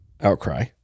Outcry